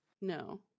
no